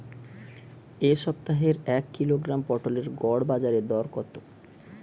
এ সপ্তাহের এক কিলোগ্রাম পটলের গড় বাজারে দর কত?